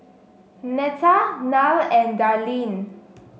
Netta Nile and Darlyne